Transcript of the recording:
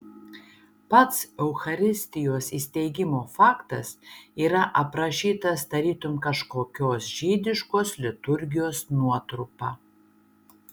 pats eucharistijos įsteigimo faktas yra aprašytas tarytum kažkokios žydiškos liturgijos nuotrupa